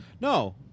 No